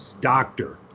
doctor